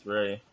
Ray